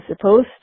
supposed